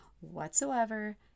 whatsoever